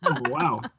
wow